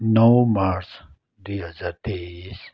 नौ मार्च दुई हजार तेइस